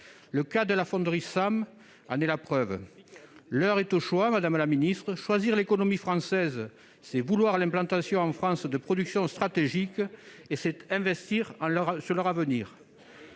Le cas de la fonderie SAM en est la preuve. L'heure est aux choix, madame la ministre. Choisir l'économie française, c'est vouloir l'implantation en France de productions stratégiques et investir pour leur avenir.